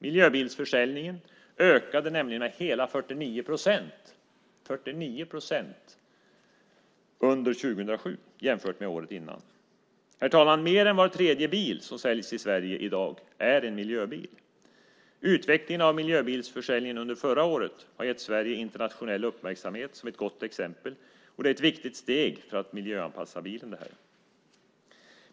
Miljöbilsförsäljningen ökade nämligen med hela 49 procent under 2007 jämfört med året innan. Herr talman! Mer än var tredje bil som säljs i Sverige i dag är en miljöbil. Utvecklingen av miljöbilsförsäljningen under förra året har gett Sverige internationell uppmärksamhet som ett gott exempel, och det är ett viktigt steg för att miljöanpassa bilen.